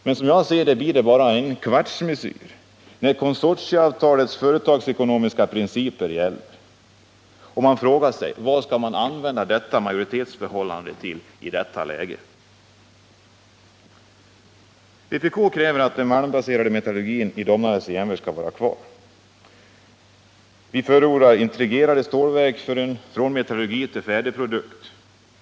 Men det blir bara en kvartsmesyr, när konsortieavtalets företagsekonomiska principer gäller. Frågan är vad man skall använda majoritetsförhållandet till i det läget. Vpk kräver att den malmbaserade metallurgin i Domnarvet skall vara kvar. Vi förordar integrerade stålverk från metallurgi till färdig produkt.